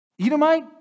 Edomite